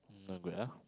not good ah